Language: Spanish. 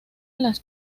las